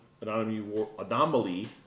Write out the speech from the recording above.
Anomaly